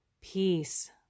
peace